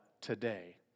today